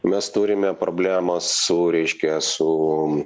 mes turime problemą su reiškia su